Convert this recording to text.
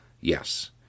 Yes